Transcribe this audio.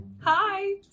hi